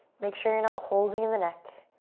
make sure you're not holding the neck.